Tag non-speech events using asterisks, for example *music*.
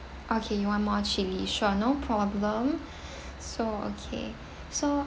okay you want more chili sure no problem *breath* so okay so